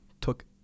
took